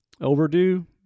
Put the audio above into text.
Overdue